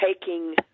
taking